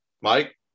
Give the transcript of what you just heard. Mike